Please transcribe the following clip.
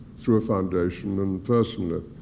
through a foundation and personally.